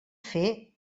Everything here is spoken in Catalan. fer